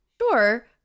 Sure